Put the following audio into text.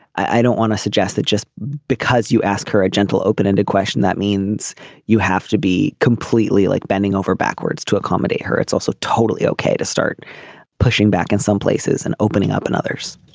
i don't want to suggest that just because you ask her a gentle open ended question that means you have to be completely like bending over backwards to accommodate her it's also totally ok to start pushing back in some places and opening up and others.